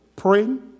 Praying